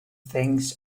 things